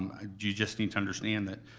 um ah you just need to understand that